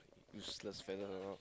useless fellow